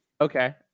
Okay